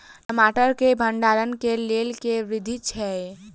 टमाटर केँ भण्डारण केँ लेल केँ विधि छैय?